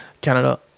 Canada